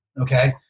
okay